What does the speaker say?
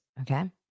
Okay